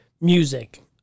Music